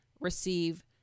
receive